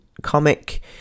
comic